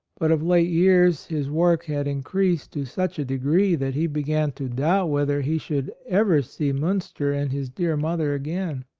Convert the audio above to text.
but of late years his work had increased to such a degree that he began to doubt whether he should ever see miinster and his dear mother again.